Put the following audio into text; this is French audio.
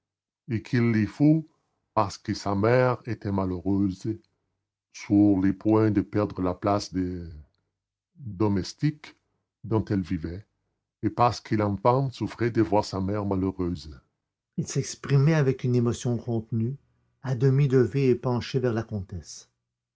et qu'il le fut parce que sa mère était malheureuse sur le point de perdre la place de domestique dont elle vivait et parce que l'enfant souffrait de voir sa mère malheureuse il s'exprimait avec une émotion contenue à demi levé et penché vers la comtesse